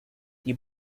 die